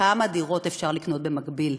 כמה דירות אפשר לקנות במקביל?